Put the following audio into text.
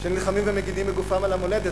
שנלחמים ומגינים בגופם על המולדת.